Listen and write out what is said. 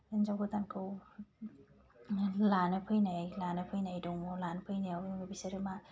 हिनजाव गोदानखौ लानो फैनाय लानो फैनाय दङ लानो फैनायाव बेनिफ्राय बिसोरो मा